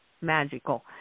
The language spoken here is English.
magical